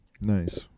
Nice